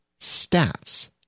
stats